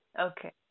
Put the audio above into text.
Okay